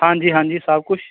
ਹਾਂਜੀ ਹਾਂਜੀ ਸਭ ਕੁਛ